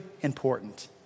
important